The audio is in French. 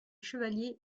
chevaliers